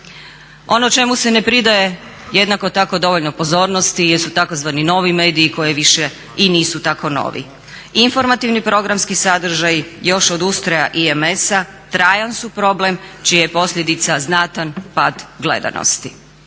Ono čemu se ne pridaje jednako tako dovoljno pozornosti jesu tzv. novi mediji koji više i nisu tako novi. Informativni programski sadržaji još od ustroja IMS-a trajan su problem čija je posljedica znatan pad gledanosti.